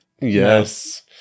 Yes